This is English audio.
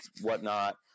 whatnot